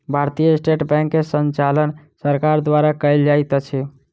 भारतीय state bank के संचालन सरकार द्वारा कयल जाइत अछि